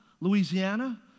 Louisiana